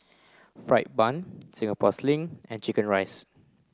Fried Bun Singapore Sling and Chicken Rice